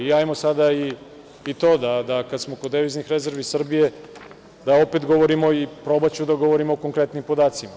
Hajdemo sada i to, kad smo kod deviznih rezervi Srbije, da opet govorimo i probaću da govorim o konkretnim podacima.